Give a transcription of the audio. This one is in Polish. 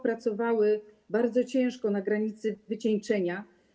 Pracowały bardzo ciężko, na granicy wycieńczenia.